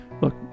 Look